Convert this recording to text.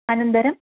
अनन्तरं